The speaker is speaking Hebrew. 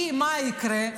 כי מה יקרה?